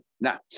Now